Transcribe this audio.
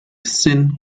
sin